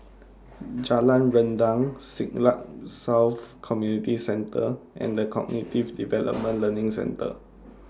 Jalan Rendang Siglap South Community Centre and The Cognitive Development Learning Centre